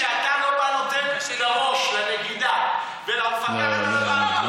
כשאתה לא בא ונותן בראש לנגידה ולמפקחת על הבנקים,